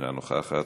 אינה נוכחת,